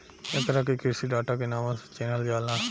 एकरा के कृषि डाटा के नामो से चिनहल जाला